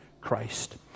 Christ